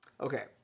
Okay